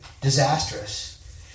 disastrous